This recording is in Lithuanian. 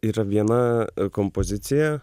yra viena kompozicija